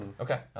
Okay